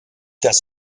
das